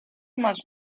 much